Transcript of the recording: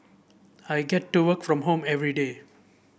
I get to work from home everyday